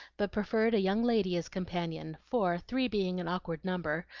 but preferred a young lady as companion for, three being an awkward number,